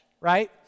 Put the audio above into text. Right